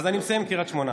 אז אני מסיים עם קריית שמונה.